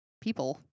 people